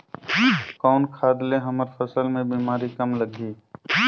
कौन खाद ले हमर फसल मे बीमारी कम लगही?